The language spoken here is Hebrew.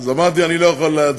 אז אמרתי: אני לא יכול להצביע,